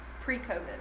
Pre-COVID